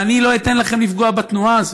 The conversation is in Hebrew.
ואני לא אתן לכם לפגוע בתנועה הזאת.